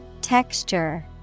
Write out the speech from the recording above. Texture